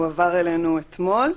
הועבר אלינו אתמול.